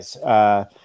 guys